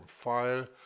file